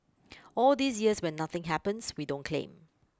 all these years when nothing happens we don't claim